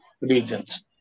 regions